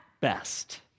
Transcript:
best